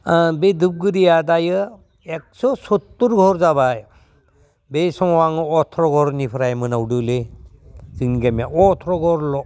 बे दुबगुरिआ दायो एग्स' सदथर घर जाबाय बे समाव आं अथ्र' घरनिफ्राय मोनाव दंलै जों गामिया अथ्र घरल'